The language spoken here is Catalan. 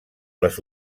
les